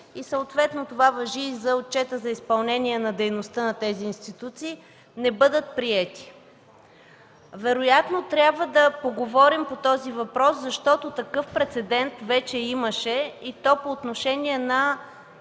съответно това важи за отчетите за изпълнение на дейността на тези институции, не бъдат приети. Вероятно трябва да поговорим по този въпрос, защото такъв прецедент вече имаше, и то по отношение на